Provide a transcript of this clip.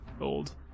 old